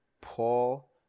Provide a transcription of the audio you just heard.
Paul